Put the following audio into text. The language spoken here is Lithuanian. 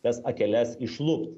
tas akeles išlupt